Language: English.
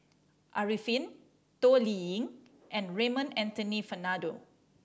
Arifin Toh Liying and Raymond Anthony Fernando